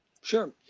Sure